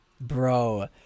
bro